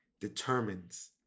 determines